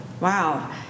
wow